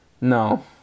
No